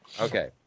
Okay